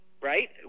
Right